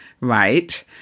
right